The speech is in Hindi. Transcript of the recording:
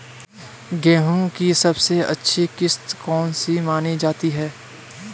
गेहूँ की सबसे अच्छी किश्त कौन सी मानी जाती है?